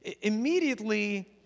Immediately